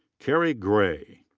carrie gray.